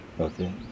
okay